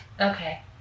Okay